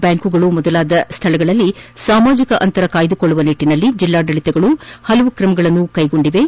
ಬ್ಲಾಂಕುಗಳು ಮೊದಲಾದ ಸ್ಥಳಗಳಲ್ಲಿ ಸಾಮಾಜಿಕ ಅಂತರವನ್ನು ಕಾಯ್ದುಕೊಳ್ಳುವ ನಿಟ್ಟನಲ್ಲಿ ಜಿಲ್ಲಾಡಳಿತಗಳು ಹಲವು ಕ್ರಮಗಳನ್ನು ಕೈಗೊಂಡಿವೆ